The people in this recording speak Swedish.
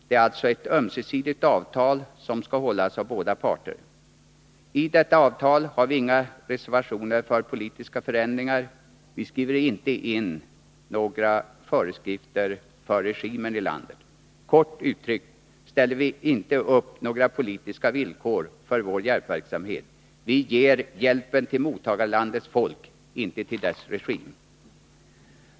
Det är alltså ett ömsesidigt avtal, som skall hållas av båda parter. I detta avtal har vi inga reservationer för politiska förändringar. Vi skriver inte in några föreskrifter för regimen i landet. Kort uttryckt ställer vi inte upp några politiska villkor för vår hjälpverksamhet; vi ger hjälpen till mottagarlandets folk, inte till dess regim.